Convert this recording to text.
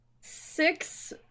six